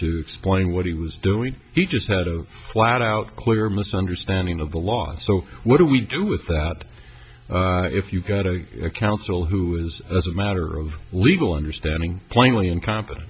to explain what he was doing he just had a flat out clear misunderstanding of the law so what do we do with that if you've got a council who is as a matter of legal understanding plainly incompetent